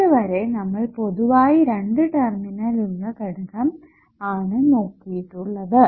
ഇത് വരെ നമ്മൾ പൊതുവായി രണ്ടു ടെർമിനൽ ഉള്ള ഘടകം ആണ് നോക്കിയിട്ടുള്ളത്